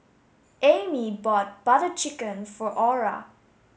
Ami bought butter chicken for Aura